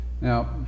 Now